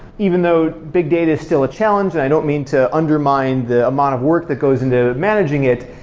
even though big data is still a challenge and i don't mean to undermine the amount of work that goes into managing it,